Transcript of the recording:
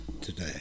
today